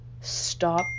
stop